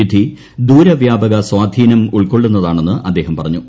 വിധി ദൂരവ്യാപക സ്വാധീനം ഉൾക്കൊള്ളുന്നതാണെന്ന് അദ്ദേഹം പറഞ്ഞു